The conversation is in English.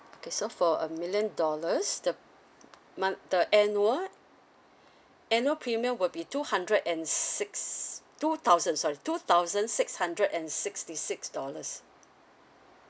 okay so for a million dollars the mon~ the annual annual premium will be two hundred and six two thousand sorry two thousand six hundred and sixty six dollars